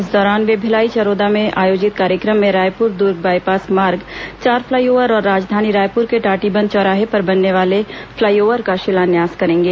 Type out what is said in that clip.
इस दौरान वे भिलाई चरोदा में आयोजित कार्यक्रम में रायपुर दुर्ग बायपास मार्ग चार फ्लाईओवर और राजधानी रायपुर के टीटीबंध चौराहे पर बनने वाले फ्लाईओवर का शिलान्यास करेंगे